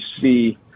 see –